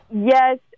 Yes